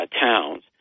towns